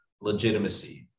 legitimacy